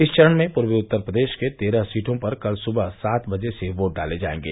इस चरण में पूर्वी उत्तर प्रदेश के तेरह सीटों पर कल सुबह सात बजे से वोट डाले जायेंगे